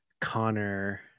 Connor